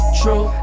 true